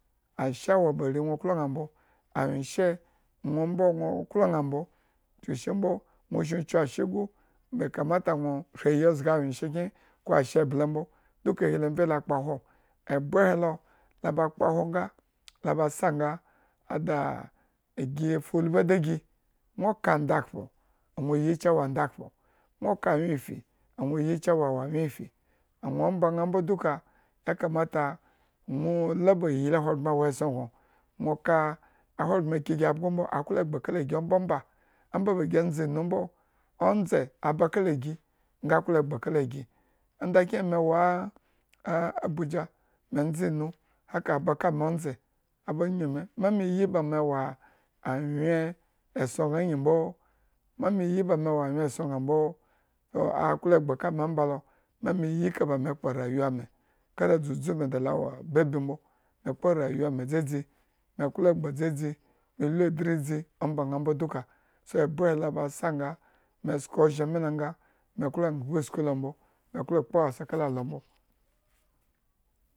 Ashe wo ba are nwo klo ña, anwyenshe mbo nwo oklo ña mbo chuku mbo nwo shen kyu ashe gu bekamata gno shri ayi ozga anwyenshenki ko ashe-eble mbo duka ohi mbo la kpahwo ebre he lo la ba kpahwo nga la ba sa nga ada a egi fulbi da gi nwo ka andakhpo, nwo yi cewa andakhpo, nwo ka anwyefifi nwo yi cewa awo anwyefifi ano ombayan mbo duka yakamatga nwo la ba iy ahogbren. awo nesson gno, nwo ka ahogbren ki gi abgo mbo aklo. egba kala gi ondakyen me ondze anyun me, ma me yi ba me e wa a a abuja ndze inu haka aba kala me on dze anyun me, ma me yi ba me e wa anwyen esson bma anyinmbo, ana me yi ba ame e wo anwyen esson mbo aklo egba kame omba lo, ma me eka ba ame ekpo rayuwa me kara da dzudzu me da la wo babi mbo duka so, egbre he la ba sa nga me sko ozhen milo nga me klo nghba sku lo mbo e klo kpo wasa kala alo mbo.